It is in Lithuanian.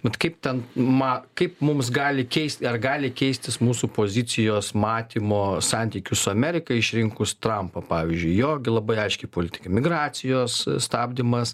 vat kaip ten ma kaip mums gali keist ar gali keistis mūsų pozicijos matymo santykių su amerika išrinkus trumpą pavyzdžiui jo gi labai aiški politika emigracijos stabdymas